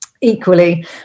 equally